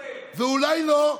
ואולי לא?